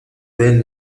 ven